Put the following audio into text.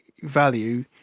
value